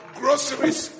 groceries